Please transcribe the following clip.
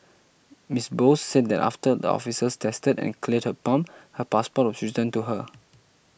Miss Bose said that after the officers tested and cleared her pump her passport was returned to her